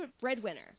Breadwinner